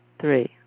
three